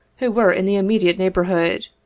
who were in the immediate neighborhood,